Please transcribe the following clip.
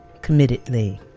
committedly